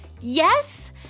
Yes